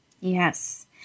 Yes